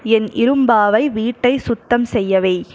என் இரும்பாவை வீட்டை சுத்தம் செய்ய வை